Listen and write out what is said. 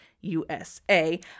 USA